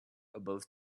above